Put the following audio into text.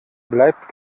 bleibt